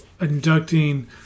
inducting